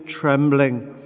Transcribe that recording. trembling